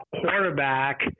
quarterback